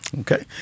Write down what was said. Okay